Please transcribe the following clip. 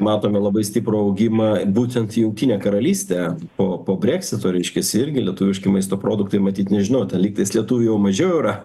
matome labai stiprų augimą būtent jungtinę karalystę po po breksito reiškias irgi lietuviški maisto produktai matyt nežinau ten lygtais lietuviai jau mažiau yra